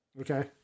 Okay